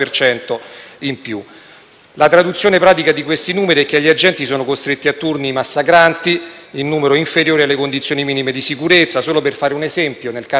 La traduzione pratica di questi numeri è che gli agenti sono costretti a turni massacranti e in numero inferiore alle condizioni minime di sicurezza. Solo per fare un esempio, nel carcere di Teramo, che ho visitato,